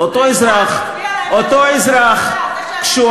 האינטרס הישראלי, אתה בא, כיבוש.